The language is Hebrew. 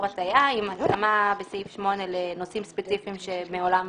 הטעיה עם התאמה בסעיף 8 לנושאים ספציפיים שמעולם התשלומים.